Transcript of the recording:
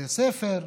בבתי הספר,